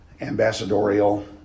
ambassadorial